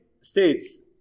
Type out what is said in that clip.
states